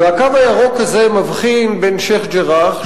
"הקו הירוק" הזה מבחין בין שיח'-ג'ראח,